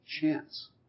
chance